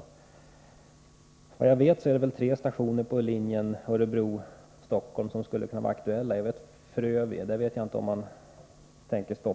Såvitt jag vet är det tre stationer på linjen Örebro-Stockholm som skulle kunna vara aktuella: Frövi, Kolbäck och Bålsta.